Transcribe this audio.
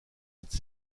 cette